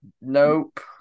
Nope